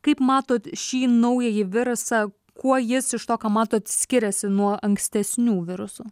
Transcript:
kaip matot šį naująjį virusą kuo jis iš to ką matot skiriasi nuo ankstesnių virusų